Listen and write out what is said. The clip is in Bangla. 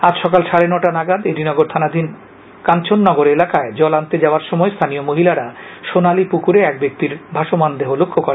আজ সকাল সাড়ে নয়টা নাগাদ এডিনগর থানাধীন কাঞ্চননগর এলাকায় জল আনতে যাওয়ার সময় স্থানীয় মহিলারা সোনালী পুকুরে এক ব্যক্তির ভাসমান দেহ লক্ষ্য করেন